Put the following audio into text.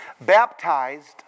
baptized